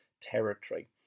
territory